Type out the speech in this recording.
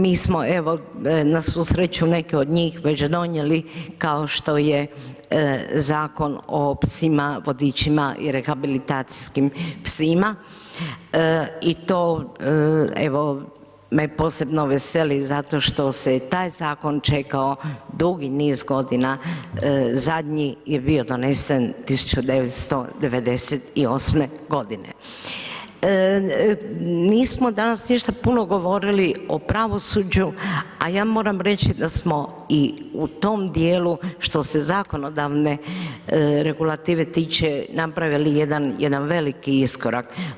Mi smo, evo, na svu sreću neke od njih, već donijeli, kao što je Zakon o psima vodičima, i rehabilitacijskim psima i to evo, me posebno veseli, zato što se je i taj zakon čekao dugi niz godina, zadnji je bio donesen 1998.g. Nismo danas ništa puno govorili o pravosuđu, a ja moram reći, da smo i u tom dijelu, što se zakonodavne regulative tiče, napravili jedna veliki iskorak.